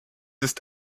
ist